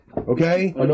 okay